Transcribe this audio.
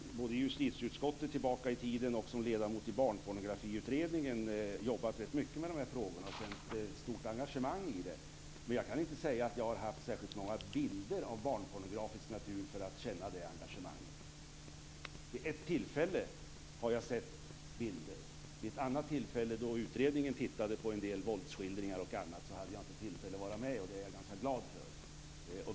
Fru talman! Jag har både i justitieutskottet tidigare och som ledamot i Barnpornografiutredningen jobbat rätt mycket med dessa frågor och känt ett stort engagemang för dem. Men jag kan inte säga att jag har sett särskilt många bilder av barnpornografisk natur för att känna det engagemanget. Vid ett tillfälle har jag sett sådana bilder. Vid ett annat tillfälle, då utredningen tittade på en del våldsskildringar och annat, hade jag inte tillfälle att vara med, och det är jag ganska glad för.